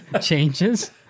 changes